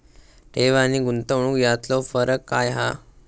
ठेव आनी गुंतवणूक यातलो फरक काय हा?